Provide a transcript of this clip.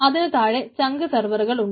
അതിനുതാഴെ chunk സർവറുകൾ ഉണ്ട്